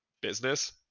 business